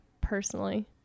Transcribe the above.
personally